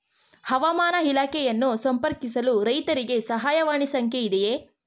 ಹವಾಮಾನ ಇಲಾಖೆಯನ್ನು ಸಂಪರ್ಕಿಸಲು ರೈತರಿಗೆ ಸಹಾಯವಾಣಿ ಸಂಖ್ಯೆ ಇದೆಯೇ?